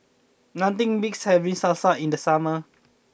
nothing beats having Salsa in the summer